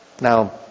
Now